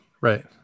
Right